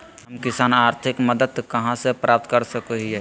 हम किसान आर्थिक मदत कहा से प्राप्त कर सको हियय?